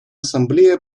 ассамблея